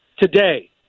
Today